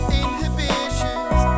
inhibitions